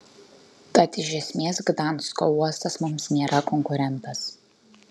tad iš esmės gdansko uostas mums nėra konkurentas